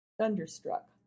thunderstruck